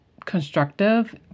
constructive